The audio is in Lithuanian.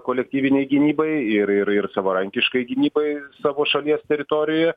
kolektyvinei gynybai ir ir ir savarankiškai gynybai savo šalies teritorijoje